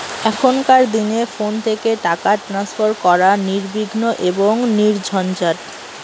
এখনকার দিনে ফোন থেকে টাকা ট্রান্সফার করা নির্বিঘ্ন এবং নির্ঝঞ্ঝাট